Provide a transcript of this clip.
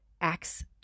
Acts